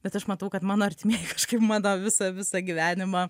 bet aš matau kad mano artimieji kažkaip mano visą visą gyvenimą